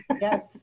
Yes